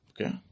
Okay